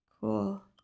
Cool